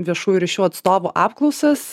viešųjų ryšių atstovų apklausas